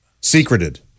Secreted